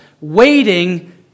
waiting